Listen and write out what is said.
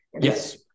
Yes